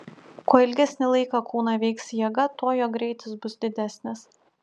kuo ilgesnį laiką kūną veiks jėga tuo jo greitis bus didesnis